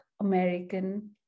American